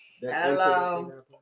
hello